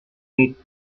need